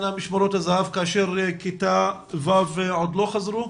משמרות הזה"ב כאשר כיתה ו' עוד לא חזרו?